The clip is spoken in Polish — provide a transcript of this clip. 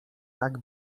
tak